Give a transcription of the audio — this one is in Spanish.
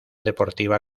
deportiva